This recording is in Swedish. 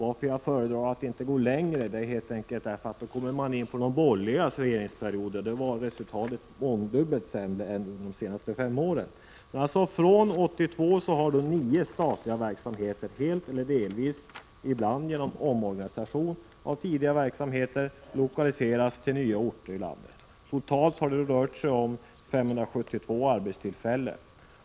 Att jag föredrar att inte gå längre tillbaka beror på att jag då skulle komma in på de borgerligas regeringsperiod, och då var resultatet mångdubbelt sämre än under de senaste fem åren. Från 1982 har nio statliga verksamheter helt eller delvis, ibland genom omorganisation av tidigare verksamhet, omlokaliserats till nya orter i landet. Totalt har det rört sig om 572 arbetstillfällen.